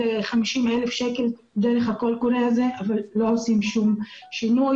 50,000 שקל דרך הקול הקורא הזה אבל לא עושים שום שינוי.